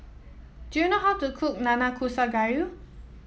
do you know how to cook Nanakusa Gayu